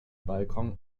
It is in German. balkon